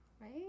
right